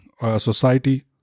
Society